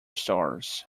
stars